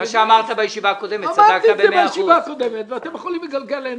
מה שאמרת בישיבה הקודמת, צדקת במאה אחוז.